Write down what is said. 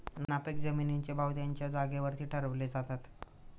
नापीक जमिनींचे भाव त्यांच्या जागेवरती ठरवले जातात